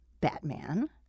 Batman